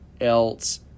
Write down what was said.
else